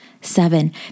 Seven